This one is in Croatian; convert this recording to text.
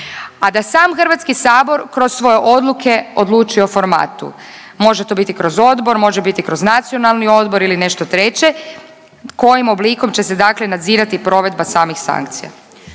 a da sam Hrvatski sabor kroz svoje odluke odluči o formatu. Može to biti kroz Odbor, može biti kroz Nacionalni odbor ili nešto treće. Kojim oblikom će se dakle nadzirati provedba samih sankcija.